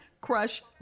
Crush